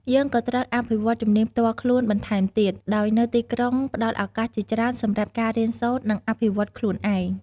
យើងក៏ត្រូវអភិវឌ្ឍជំនាញផ្ទាល់ខ្លួនបន្ថែមទៀត ដោយនៅទីក្រុងផ្តល់ឱកាសជាច្រើនសម្រាប់ការរៀនសូត្រ និងអភិវឌ្ឍខ្លួនឯង។